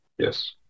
Yes